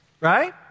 right